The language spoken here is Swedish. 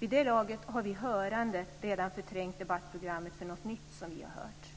Vid det laget har vi hörande redan förträngt debattprogrammet för något nytt som vi har hört.